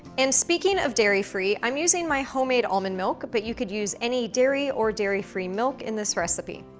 and speaking of dairy-free, i'm using my homemade almond milk, but you can use any dairy or dairy-free milk in this recipe.